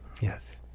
Yes